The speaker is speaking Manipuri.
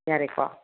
ꯌꯥꯔꯦꯀꯣ